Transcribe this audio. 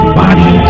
body